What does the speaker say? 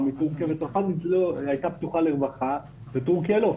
מטורקיה וצרפת הייתה פתוחה לרווחה וטורקיה לא.